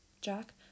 Jack